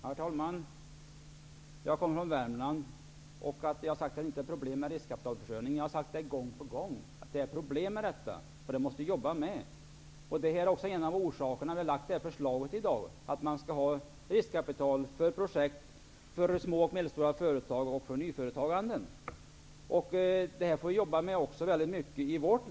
Herr talman! Det är riktigt att jag kommer från Värmland. Att jag har sagt att det inte är problem med riskkapitalförsörjningen är emellertid inte riktigt. Jag har gång på gång sagt att det är problem med den och att vi måste jobba med problemet. Det är en av orsakerna till att vi i dag har lagt fram det här förslaget om att det skall finnas riskkapital för små och medelstora företags projekt och för nyföretaganden. Även i vårt län Värmland får vi jobba väldigt mycket med detta.